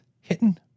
hitting